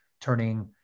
turning